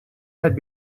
had